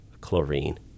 chlorine